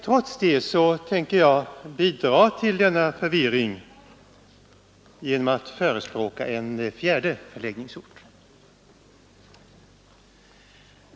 Trots detta tänker jag bidra till denna förvirring genom att förespråka en fjärde förläggningsort.